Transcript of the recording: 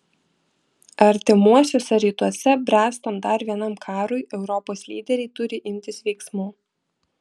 artimuosiuose rytuose bręstant dar vienam karui europos lyderiai turi imtis veiksmų